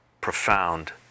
profound